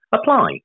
apply